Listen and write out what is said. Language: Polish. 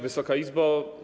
Wysoka Izbo!